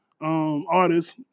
artist